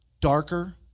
darker